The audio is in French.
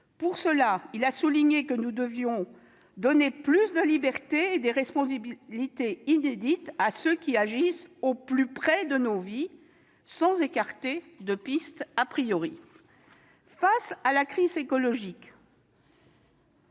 Pour cela, a-t-il souligné, nous devons donner « des libertés et des responsabilités inédites à ceux qui agissent au plus près de nos vies », sans écarter de pistes. Amen ! Face à la crise écologique,